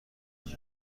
نگاه